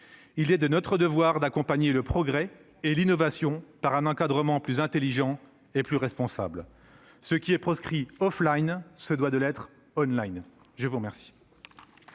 Il est de notre devoir d'accompagner le progrès et l'innovation par un encadrement plus intelligent et plus responsable. Ce qui est proscrit se doit de l'être aussi ! Conformément